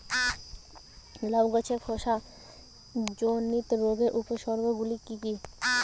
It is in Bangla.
লাউ গাছের ধসা জনিত রোগের উপসর্গ গুলো কি কি?